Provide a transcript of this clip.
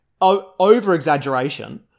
Over-exaggeration